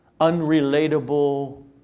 unrelatable